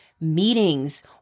meetings